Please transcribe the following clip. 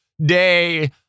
day